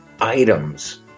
items